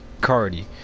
Cardi